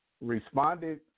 responded